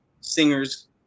singers